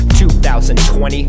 2020